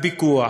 הפיקוח,